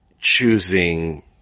choosing